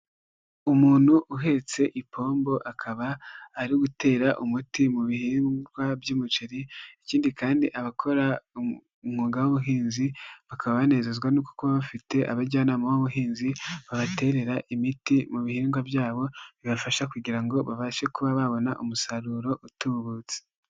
Umuntu uhetse ipombo, akaba ari gutera umuti mu bihingwa by'umuceri, ikindi kandi abakora umwuga w'ubuhinzi bakabanezezwa no kuba bafite abajyanama b'ubuhinzi babaterera imiti mu bihingwa byabo, bibafasha kugira ngo babashe kuba babona umusaruro utubutse.